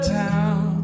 town